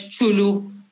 Chulu